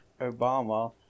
Obama